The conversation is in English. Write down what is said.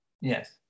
Yes